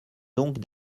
donc